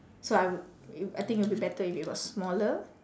so I would I think it will be better is it was smaller